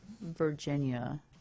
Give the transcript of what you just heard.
Virginia